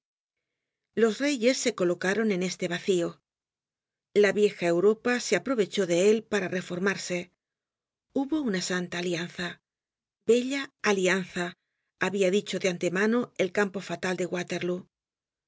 los reyes se colocaron en este vacío la vieja europa se aprovechó de él para reformarse hubo una santa alianza bella alianza habia dicho de antemano el campo fatal de waterlóo